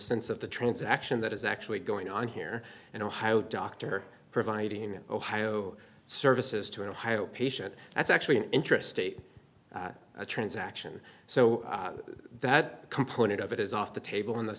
sense of the transaction that is actually going on here in ohio doctor providing ohio services to an ohio patient that's actually an interesting transaction so that component of it is off the table in the